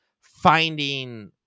finding